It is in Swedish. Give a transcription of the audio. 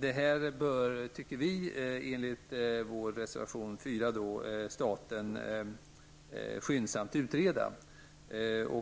Detta bör enligt vår reservation nr 4 staten skyndsamt utreda.